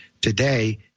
Today